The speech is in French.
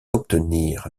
obtenir